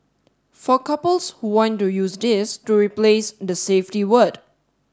for couples who want to use this to replace the safety word